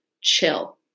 chill